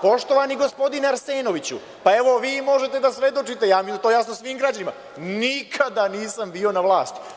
Poštovani gospodine Arsenoviću, evo, vi možete da svedočite, ja mislim da je to jasno i svim građanima, nikada nisam bio na vlasti.